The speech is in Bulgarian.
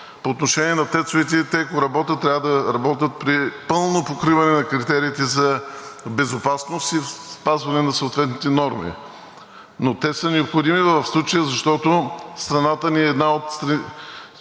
По отношение на ТЕЦ-овете – те, ако работят, трябва да работят при пълно покриване на критериите за безопасност и спазване на съответните норми, но те са необходими в случая, защото страната ни е една от страните